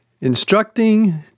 instructing